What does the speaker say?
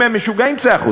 אם הם משוגעים, צא החוצה.